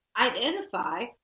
identify